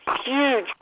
huge